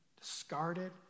Discarded